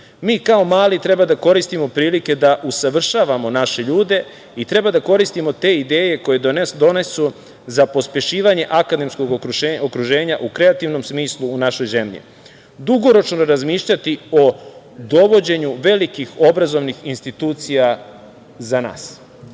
Mi kao mali treba da koristimo prilike da usavršavamo naše ljude i treba da koristimo te ideje koje donesu za pospešivanje akademskog okruženja u kreativnom smislu u našoj zemlji, dugoročno razmišljati o dovođenju velikih obrazovnih institucija za nas,